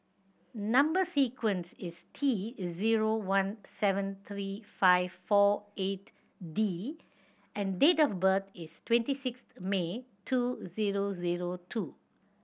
number sequence is T zero one seven three five four eight D and date of birth is twenty sixth May two zero zero two